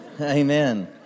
Amen